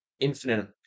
infinite